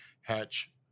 Hatch